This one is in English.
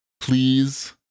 please